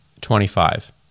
Twenty-five